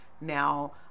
Now